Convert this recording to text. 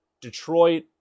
Detroit